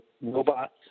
robots